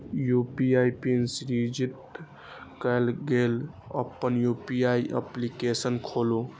UPI PIN सृजित करै लेल अपन यू.पी.आई एप्लीकेशन खोलू